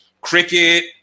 cricket